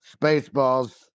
Spaceballs